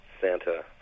Santa